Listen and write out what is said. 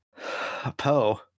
Poe